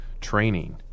training